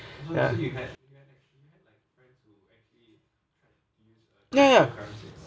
ya ya ya